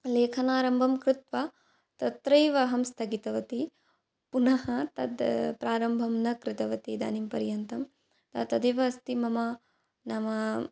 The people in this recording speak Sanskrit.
लेखनारम्भं कृत्वा तत्रैव अहं स्थगितवती पुनः तत् प्रारम्भं न कृतवतीदानीं पर्यन्तं त् तदेव अस्ति मम नाम